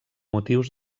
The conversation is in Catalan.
motius